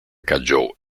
cayó